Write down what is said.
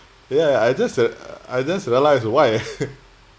ya ya ya I just uh I just realise why